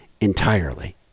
entirely